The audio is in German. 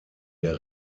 der